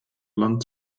land